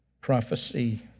prophecy